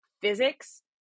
physics